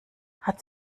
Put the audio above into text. hat